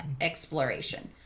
exploration